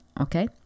okay